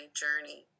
journey